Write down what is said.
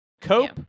Cope